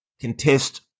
contest